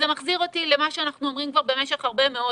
לציבור את ההנחיות.